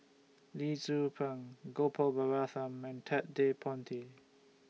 Lee Tzu Pheng Gopal Baratham and Ted De Ponti